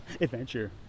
adventure